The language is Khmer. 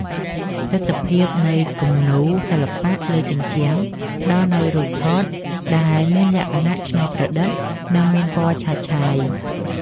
ទិដ្ឋភាពនៃគំនូរសិល្បៈលើជញ្ជាំង ផ្ដល់នូវរូបថតដែលមានលក្ខណៈច្នៃប្រឌិត និងមានពណ៌ឆើតឆាយ។